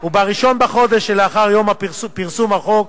הוא ב-1 לחודש שלאחר יום פרסום החוק,